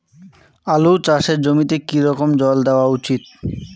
আলু চাষের জমিতে কি রকম জল দেওয়া উচিৎ?